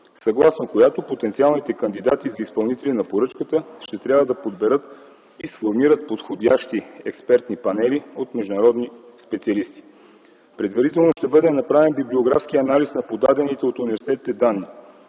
съгласно която потенциалните кандидати за изпълнители на поръчката ще трябва да подберат и сформират подходящи експертни панели от международни специалисти. Предварително ще бъде направен библиографски анализ на подадените от университетите данни.